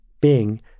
Bing